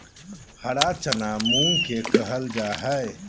हरा चना मूंग के कहल जा हई